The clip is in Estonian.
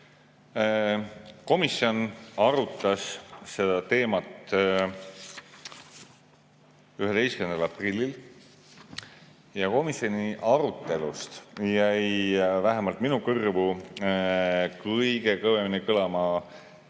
Komisjon arutas seda teemat 11. aprillil ja komisjoni arutelust jäi vähemalt minu kõrvu kõige kõvemini kõlama Peeter